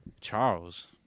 Charles